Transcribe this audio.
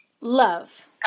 love